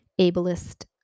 ableist